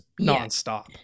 nonstop